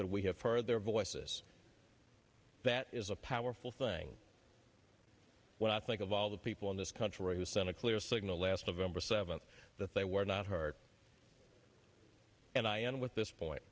that we have heard their voices that is a powerful thing when i think of all the people in this country who sent a clear signal last november seventh that they were not hurt and i am with this point